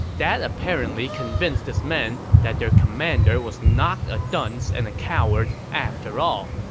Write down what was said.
that apparently convinced his men that their commander was not a dunce and a coward after all.